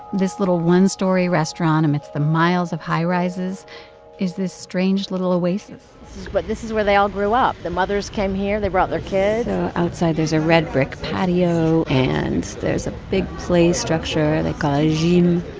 this little one-story restaurant amidst the miles of high-rises is this strange little oasis but this is where they all grew up. the mothers came here. they brought their kids so outside there's a red-brick patio, and there's a big play structure they call a gym,